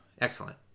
Excellent